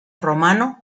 romano